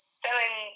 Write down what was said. selling